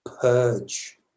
purge